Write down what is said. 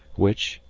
which,